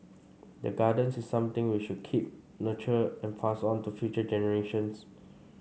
the gardens is something we should keep nurture and pass on to future generations